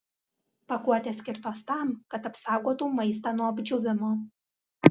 pakuotės skirtos tam kad apsaugotų maistą nuo apdžiūvimo